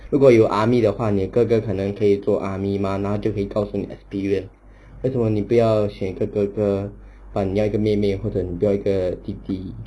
如果有 army 的话你哥哥可能可以做 army mah 那就可以告诉你 experience 为什么你不要选一个哥哥 but 你要一个妹妹或者你不要一个弟弟